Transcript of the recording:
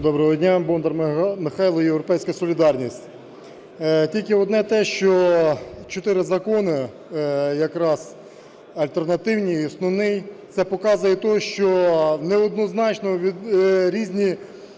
Доброго дня! Бондар Михайло, "Європейська солідарність". Тільки одне те, що чотири закони якраз, альтернативні і основний, це показує те, що неоднозначно різні